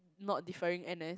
not deferring N_S